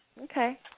Okay